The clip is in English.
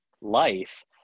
life